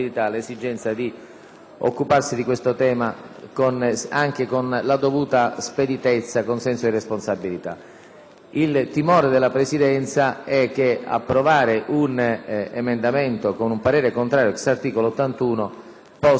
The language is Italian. Il timore della Presidenza è che approvare un emendamento con il parere contrario *ex* articolo 81 possa non soltanto determinare modifiche da parte della Camera, che avrà il sacrosanto diritto di intervenire nel merito, ma